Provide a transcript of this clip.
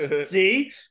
See